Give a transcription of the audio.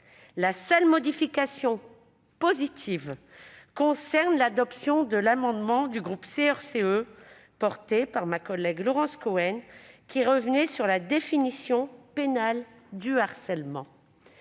La seule modification positive concerne l'adoption de l'amendement du groupe CRCE présenté par ma collègue Laurence Cohen, qui visait à revenir sur la définition du harcèlement.